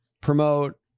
promote